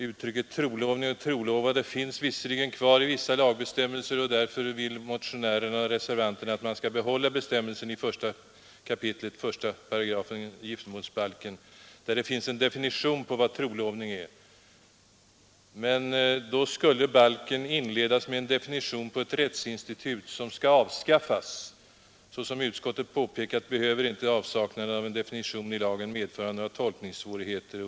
Uttrycken ”trolovning” och ”trolovade” finns visserligen kvar i vissa lagbestämmelser, och därför vill motionären och reservanterna att bestämmelsen i 1 kap. 1§ giftermålsbalken, där det lämnas en definition på vad trolovning är, skall bibehållas. Men i så fall skulle "balken inledas med en definition på ett rättsinstitut som skall avskaffas. Det kan inte vara lämpligt. Såsom utskottet påpekat behöver inte avsaknaden av en definition i lagen medföra några tolkningssvårigheter.